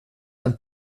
einen